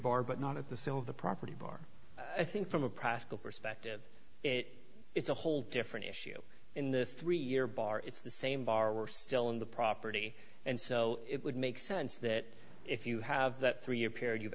bar but not of the sale of the property bar i think from a practical perspective it it's a whole different issue in the three year bar it's the same bar we're still in the property and so it would make sense that if you have that three year period you've